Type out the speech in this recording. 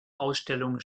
ausstellungen